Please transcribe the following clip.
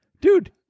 dude